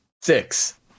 Six